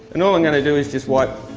and all i'm going to do is just wipe